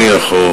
נניח,